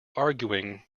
arguing